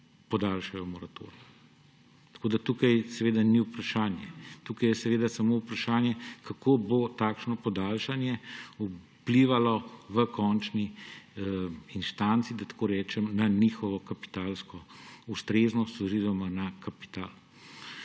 lahko podaljšajo moratorij, tako da tukaj to ni vprašanje, tukaj je vprašanje samo, kako bo takšno podaljšanje vplivalo v končni inštanci, da tako rečem, na njihovo kapitalsko ustreznost oziroma na kapital.